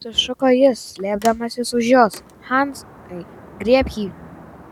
sušuko jis slėpdamasis už jos hansai griebk jį